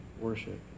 worship